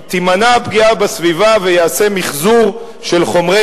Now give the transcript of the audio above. תימנע פגיעה בסביבה וייעשה מיחזור של חומרי